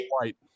white